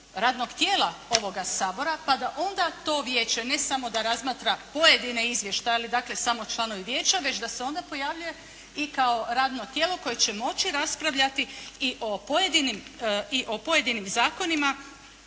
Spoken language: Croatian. radnog tijela ovoga Sabora pa da onda to vijeće ne samo da razmatra pojedine izvještaje ili dakle samo članovi vijeća već da se onda pojavljuje i kao radno tijelo koje će moći raspravljati i o pojedinim zakonima